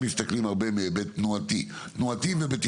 מסתכלים הרבה מהיבט תנועתי ובטיחותי.